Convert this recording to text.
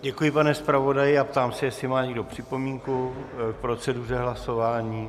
Děkuji, pane zpravodaji, a ptám se jestli má někdo připomínku k proceduře hlasování.